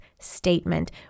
statement